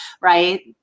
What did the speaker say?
right